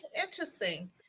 interesting